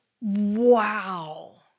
Wow